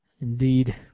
Indeed